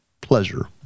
pleasure